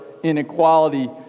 inequality